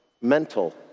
mental